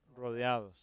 rodeados